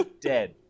dead